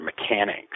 mechanics